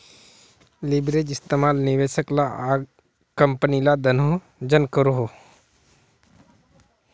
leverage इस्तेमाल निवेशक ला आर कम्पनी ला दनोह जन करोहो